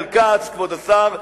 כבוד השר ישראל כץ,